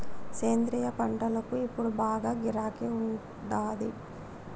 సేంద్రియ పంటలకు ఇప్పుడు బాగా గిరాకీ ఉండాది